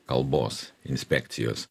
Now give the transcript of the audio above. kalbos inspekcijos